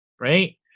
Right